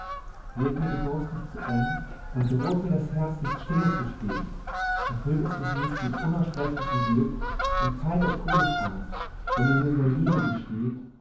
wird mir die brust nicht zu eng und droht mir das herz nicht stille zu stehen erfüllt es mich nicht mit unaussprechlichem glück und kalter todesangst wenn er mir seine liebe gesteht